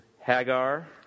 Hagar